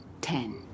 ten